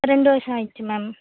ரெண்டு வருடம் ஆகிடுச்சி மேம்